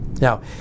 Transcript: Now